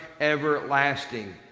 everlasting